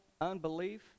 unbelief